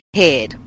head